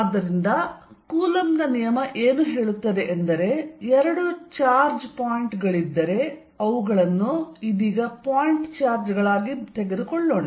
ಆದ್ದರಿಂದ ಕೂಲಂಬ್ ನ ನಿಯಮ ಏನು ಹೇಳುತ್ತದೆ ಎಂದರೆ ಎರಡು ಚಾರ್ಜ್ ಪಾಯಿಂಟ್ಗಳಿದ್ದರೆ ಅವುಗಳನ್ನು ಇದೀಗ ಪಾಯಿಂಟ್ ಚಾರ್ಜ್ ಗಳಾಗಿ ತೆಗೆದುಕೊಳ್ಳೋಣ